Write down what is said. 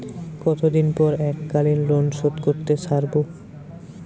কতদিন পর এককালিন লোনশোধ করতে সারব?